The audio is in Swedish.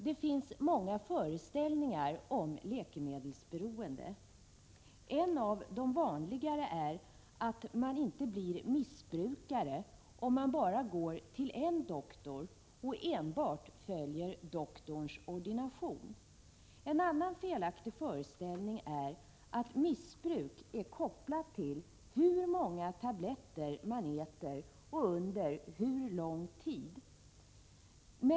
Det finns många föreställningar om läkemedelsberoende. En av de vanligare är att man inte blir missbrukare om man bara går till en doktor och enbart följer doktorns ordination. En annan felaktig föreställning är att missbruk är kopplat till hur många tabletter man äter och under hur lång tid man äter dem.